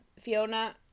Fiona